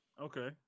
Okay